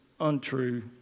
untrue